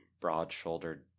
broad-shouldered